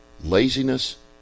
laziness